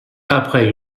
après